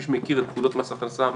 מי שמכיר את פקודת מס הכנסה,